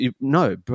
no